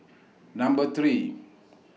Number three